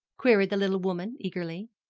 queried the little woman eagerly.